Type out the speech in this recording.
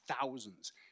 thousands